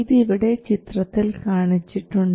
ഇത് ഇവിടെ ചിത്രത്തിൽ കാണിച്ചിട്ടുണ്ട്